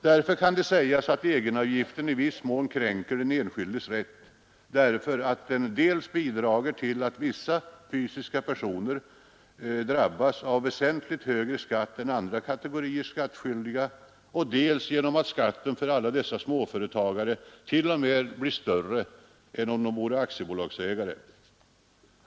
Det kan därför sägas att egenavgiften i viss mån kränker den enskildes rätt, därför att den dels bidrager till att vissa fysiska personer drabbas av väsentligt högre skatt än andra kategorier skattskyldiga, dels genom att skatten för alla dessa småföretagare t.o.m. blir större än om de vore aktiebolagsägare.